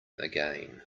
again